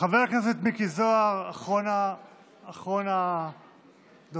חבר הכנסת מיקי זוהר, אחרון הדוברים.